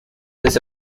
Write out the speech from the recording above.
this